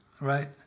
right